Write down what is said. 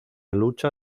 lucha